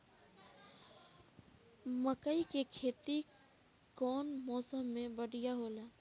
मकई के खेती कउन मौसम में बढ़िया होला?